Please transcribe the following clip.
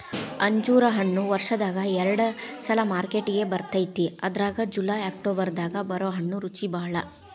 ಅಂಜೂರ ಹಣ್ಣು ವರ್ಷದಾಗ ಎರಡ ಸಲಾ ಮಾರ್ಕೆಟಿಗೆ ಬರ್ತೈತಿ ಅದ್ರಾಗ ಜುಲೈ ಅಕ್ಟೋಬರ್ ದಾಗ ಬರು ಹಣ್ಣು ರುಚಿಬಾಳ